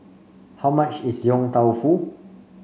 how much is Yong Tau Foo